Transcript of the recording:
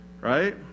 Right